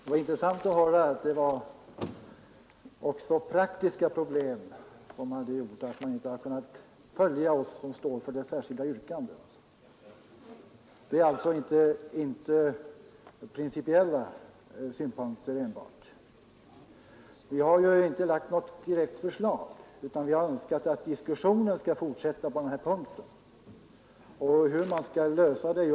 Herr talman! Det var intressant att höra att det är också praktiska problem som gjort att man inte kunnat följa oss'som står för det särskilda yttrandet och inte enbart principiella synpunkter. Vi har ju inte framlagt något direkt förslag, utan vi har önskat att diskussionen på den här punkten skall fortsätta.